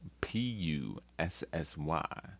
p-u-s-s-y